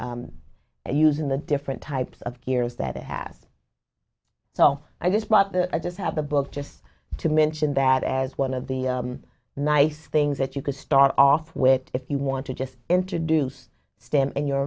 in use in the different types of gears that it has so i just bought the i just have the book just to mention that as one of the nice things that you could start off with if you want to just introduce stand in your